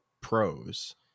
pros